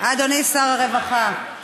אדוני שר הרווחה,